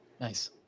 Nice